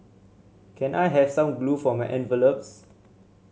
can I have some glue for my envelopes